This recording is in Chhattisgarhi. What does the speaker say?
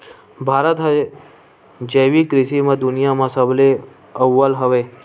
भारत हा जैविक कृषि मा दुनिया मा सबले अव्वल हवे